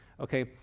Okay